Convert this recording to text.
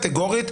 קטגורית,